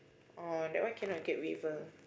oh that one cannot get waiver